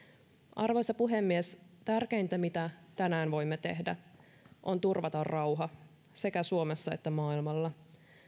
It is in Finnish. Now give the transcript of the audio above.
arvoisa puhemies tärkeintä mitä tänään voimme tehdä on turvata rauha sekä suomessa että maailmalla